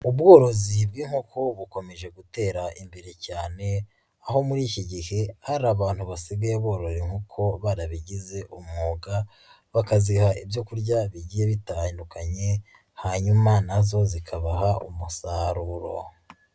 Ubworozi bw'inkoko bukomeje gutera imbere cyane, aho muri iki gihe hari abantu basigaye boroye inkoko barabigize umwuga, bakaziha ibyo kurya bigiye bitandukanye hanyuma na zo zikabaha umusaruro.